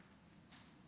פתאום.